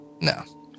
No